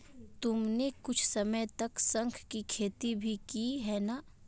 तुमने कुछ समय तक शंख की खेती भी की है ना?